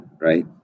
Right